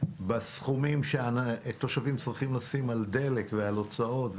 בסכומים שהתושבים צריכים לשלם עבור דלק והוצאות.